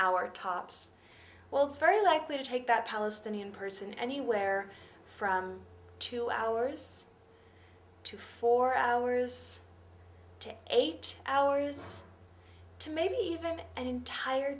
hour tops well it's very likely to take that palestinian person anywhere from two hours to four hours to eight hours to maybe even an entire